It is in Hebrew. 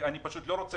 אני רוצה